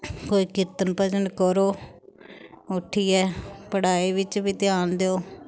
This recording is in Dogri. कोई कीर्तन भजन करो उट्ठियै पढ़ाई बिच्च बी ध्यान देओ